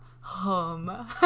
home